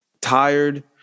Tired